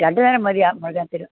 രണ്ടു നേരം മതി ആ മൃഗത്തിന്